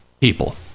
people